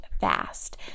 fast